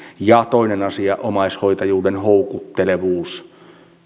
ja toinen asia on se että omaishoitajuuden houkuttelevuus